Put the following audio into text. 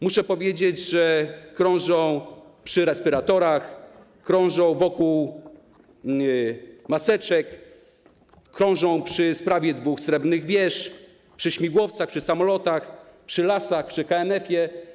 Muszę powiedzieć, że krążą przy respiratorach, krążą wokół maseczek, krążą przy sprawie dwóch srebrnych wież, przy śmigłowcach, przy samolotach, przy lasach, przy KNF-ie.